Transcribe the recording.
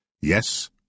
Yes